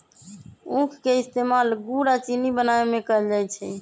उख के इस्तेमाल गुड़ आ चिन्नी बनावे में कएल जाई छई